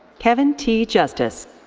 kevin t. justice.